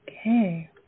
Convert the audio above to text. Okay